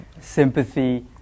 sympathy